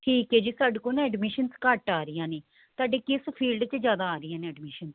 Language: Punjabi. ਠੀਕ ਹੈ ਜੇ ਸਾਡੇ ਕੋਲ ਨਾ ਐਡਮਿਸ਼ਨਸ ਘੱਟ ਆ ਰਹੀਆਂ ਨੇ ਤੁਹਾਡੇ ਕਿਸ ਫੀਲਡ 'ਚ ਜ਼ਿਆਦਾ ਆ ਰਹੀਆਂ ਨੇ ਐਡਮਿਸ਼ਨਸ